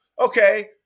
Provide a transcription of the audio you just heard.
okay